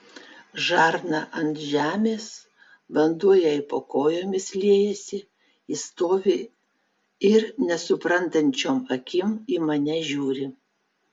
žarna ant žemės vanduo jai po kojomis liejasi ji stovi ir nesuprantančiom akim į mane žiūri